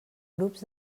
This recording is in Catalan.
grups